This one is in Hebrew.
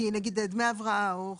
כי נגיד דמי הבראה או חופשה,